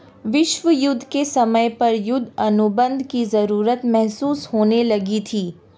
विश्व युद्ध के समय पर युद्ध अनुबंध की जरूरत महसूस होने लगी थी